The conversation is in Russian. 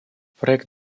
проект